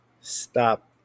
Stop